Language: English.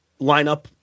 lineup